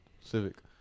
Civic